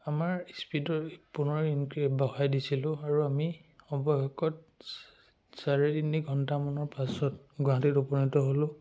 আমাৰ স্পীডৰ পুনৰ ইনক্ৰী বঢ়াই দিছিলোঁ আৰু আমি অৱশেষত চাৰে তিনি ঘণ্টামানৰ পাছত গুৱাহাটীত উপনীত হ'লোঁ